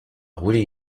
rouler